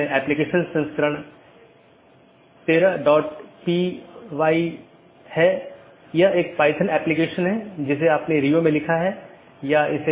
इसलिए पथ को गुणों के प्रकार और चीजों के प्रकार या किस डोमेन के माध्यम से रोका जा रहा है के रूप में परिभाषित किया गया है